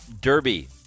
Derby